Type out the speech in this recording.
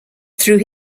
through